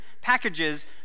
packages